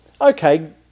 Okay